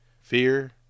Fear